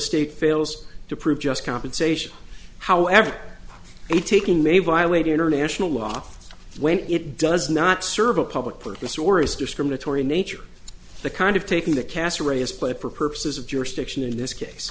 state fails to prove just compensation however it taking may violate international law when it does not serve a public purpose or is discriminatory nature the kind of taking the castle ray is but for purposes of jurisdiction in this case